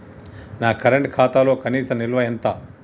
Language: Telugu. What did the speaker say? నా కరెంట్ ఖాతాలో కనీస నిల్వ ఎంత?